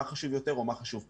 מה חשוב יותר או מה חשוב פחות.